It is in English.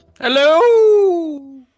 Hello